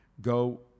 go